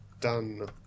done